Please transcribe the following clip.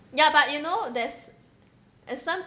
ya but you know there's and